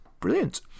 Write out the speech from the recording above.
Brilliant